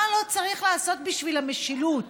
מה לא צריך לעשות בשביל המשילות?